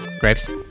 Grapes